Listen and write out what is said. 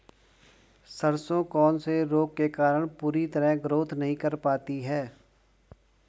सरसों कौन से रोग के कारण पूरी तरह ग्रोथ नहीं कर पाती है?